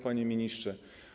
Panie Ministrze!